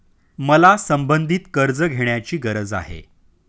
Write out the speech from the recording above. मला संबंधित कर्ज घेण्याची गरज आहे